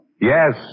Yes